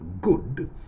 good